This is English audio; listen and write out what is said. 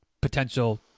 potential